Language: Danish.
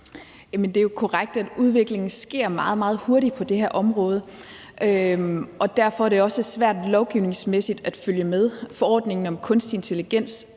Det er jo korrekt, at udviklingen sker meget, meget hurtigt på det her område, og derfor er det også svært lovgivningsmæssigt at følge med. Forordningen om kunstig intelligens